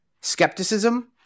skepticism